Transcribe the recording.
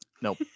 Nope